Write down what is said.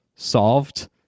solved